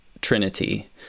Trinity